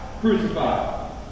crucified